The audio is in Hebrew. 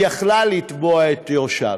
היא יכולה לתבוע את יורשיו.